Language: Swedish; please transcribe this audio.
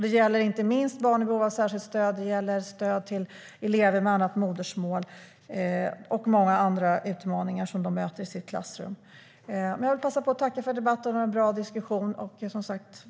Det gäller inte minst barn i behov av särskilt stöd, och det gäller stöd till elever med annat modersmål och många andra utmaningar som de möter i sitt klassrum. Jag vill passa på att tacka för debatten och en bra diskussion.